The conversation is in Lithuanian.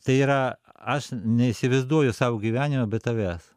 tai yra aš neįsivaizduoju savo gyvenimo be tavęs